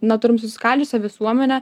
na turim susiskaldžiusią visuomenę